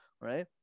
Right